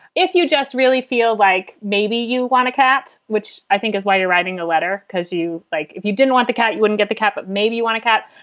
if you just really feel like maybe you want a cat, which i think is why you're writing a letter, because you like if you didn't want the cat, you wouldn't get the cap. maybe you want a cat.